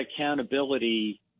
accountability